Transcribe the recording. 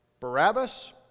Barabbas